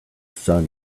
sun